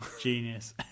Genius